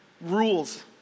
rules